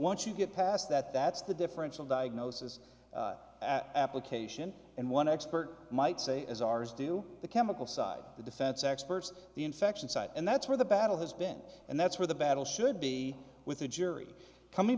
once you get past that that's the differential diagnosis application and one expert might say as ours do the chemical side the defense experts the infection side and that's where the battle has been and that's where the battle should be with the jury coming